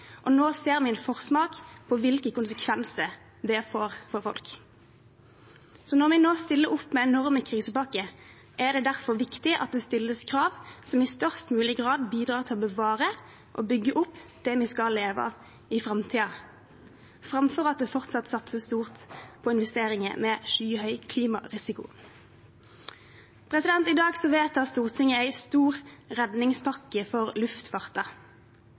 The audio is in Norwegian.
og nå ser vi en forsmak på hvilke konsekvenser det får for folk. Så når vi nå stiller opp med enorme krisepakker, er det derfor viktig at det stilles krav som i størst mulig grad bidrar til å bevare og bygge opp det vi skal leve av i framtiden, framfor at det fortsatt satses stort på investeringer med skyhøy klimarisiko. I dag vedtar Stortinget en stor redningspakke for luftfarten.